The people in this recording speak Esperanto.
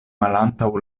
malantaŭ